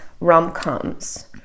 rom-coms